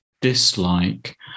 dislike